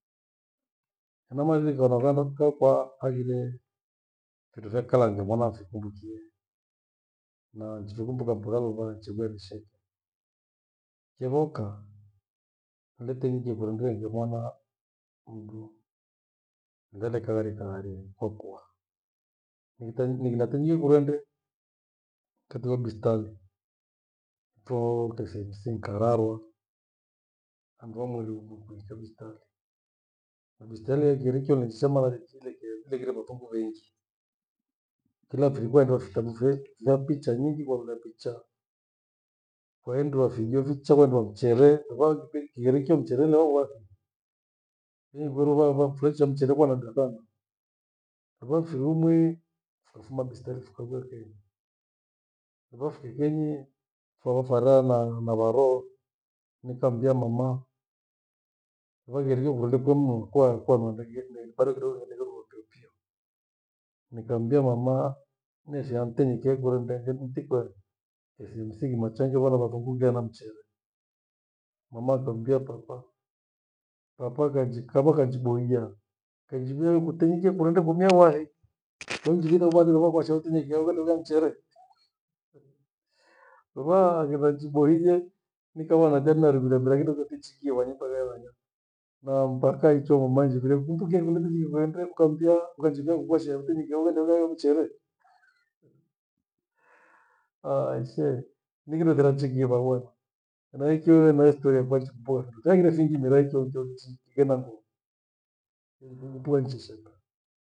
Hena mariri kano vandu ghakwa hangire findo pha kale mwana nifikumbukie na chifumbuka mpaka mpaka luvache rua irishekie. Yebokha letenyinje kurende inge mwana mdu, nighende nikaghararie ghararie nkokua ningi- ningitanyio nikurende ngetiyo bistali. Ipho KCMC nikararwa handu ha mwiri umwi kwi wikwe bistali. Na bistali engirikio nechisema lenjicha ningire wathungu vengi. Kila thiku waendewa vitavu vye vya picha nyingi warunda pichaa. Waendewa vijo vicha, waendewa mchere, kipindi ikyo mchere nauathia. Kenyi kweru varachie mchere kuwa nadra sana. Ruafirumwe tukafuma bistali tukaghea kenyi, wafike kenyi fohofara nawaroho nikamvia mama, mera kigheriho kurende kumnu kua kua bado kidogo minua nashingwa ni vyighirwe wakikuekie kighiri ikiyo mchere nao wathumu inguruma vafureichiaa mchere kua na nadra sana. Vafirumwe tukafuma bistali tukaviya kwenyi, vafike kenyi foho fara na varoo nikamvia mama waagherie kurende kuomo kua kua nyighi ghora pichavitabu